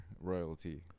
royalty